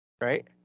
right